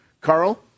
Carl